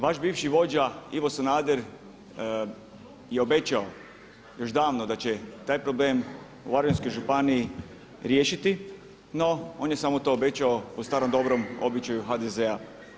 Vaš bivši vođa Ivo Sanader je obećao još davno da će taj problem u Varaždinskoj županiji riješiti no on je samo to obećao po starom dobrom običaju HDZ-a.